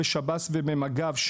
בשב"ס ובמג"ב,